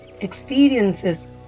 experiences